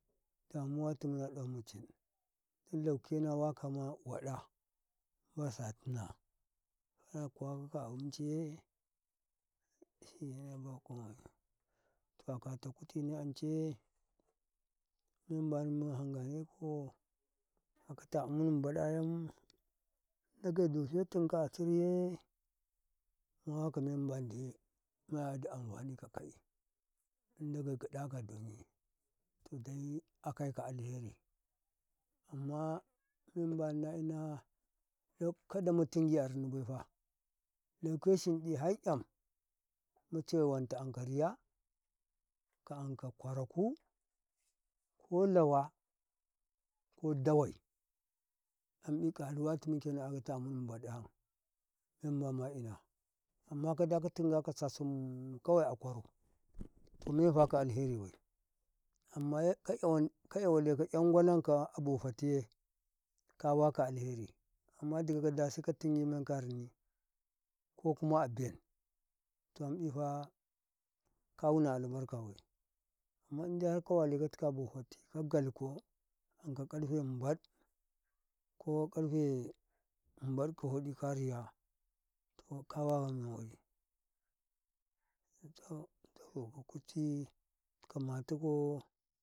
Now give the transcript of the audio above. Inlau ke na walka wada mandi Sati na ken kuwa kaka abinciye ai bakomai. To a kata kutine ance mem mandi mu kan gane ko. A akata amman umabad ndage da fetin ka a siriye ma waka memman di maya ka amfani kakayi in dage gada ka don ye to dai akai ka alheri amma men mandi na yina ka da muting a rinmi bai fa lauke shindig kai ka mucha we anka kwra ku. Ko lawa koda wai amɓi kara wa tumu a-ata amun umbad men mandi na yina amma katin gaka saim kawai akwaro, to meyita ka alheri bai, amana ka yawa ce ka yan gwadan kau abo pati ya ka waka alheri. Amma dika da sai ka tingi me ka-arini ku kuma ben. Amɓita ka wun albarkabai, amma dai ka wale katika bo fati ka galko an ka karife mubad ko karfe ambad ka wadi kariya kawu mame wadi.